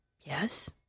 Yes